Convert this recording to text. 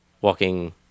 walking